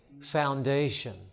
foundation